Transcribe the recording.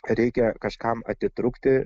reikia kažkam atitrūkti